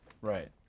right